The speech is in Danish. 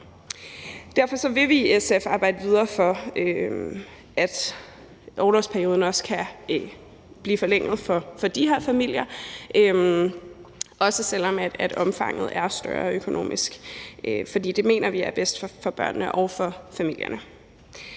Derfor vil vi i SF arbejde videre for, at orlovsperioden også kan blive forlænget for de her familier, også selv om omfanget er større økonomisk set, for det mener vi er bedst for børnene og for familierne.